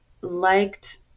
liked